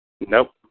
Nope